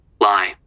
Lie